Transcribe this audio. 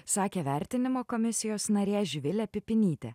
sakė vertinimo komisijos narė živilė pipinytė